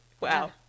wow